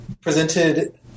presented